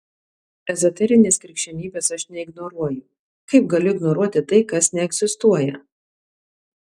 ezoterinės krikščionybės aš neignoruoju kaip galiu ignoruoti tai kas neegzistuoja